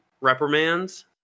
reprimands